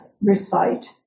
recite